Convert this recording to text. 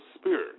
spirit